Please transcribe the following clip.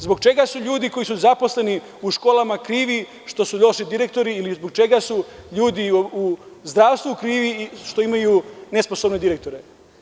Zbog čega su ljudi koji su zaposleni u školama krivi što su došli direktori ili zbog čega su ljudi u zdravstvu krivi što imaju nesposobne direktore?